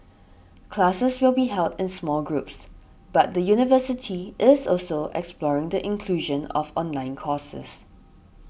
classes will be held in small groups but the university is also exploring the inclusion of online courses